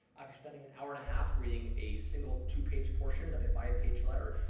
after spending an hour and a half reading a single two page portion of a five page letter,